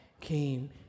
came